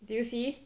did you see